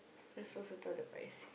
you're not supposed to tell the price